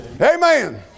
Amen